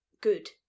good